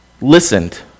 listened